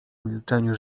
milczeniu